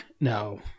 No